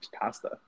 pasta